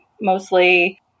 Mostly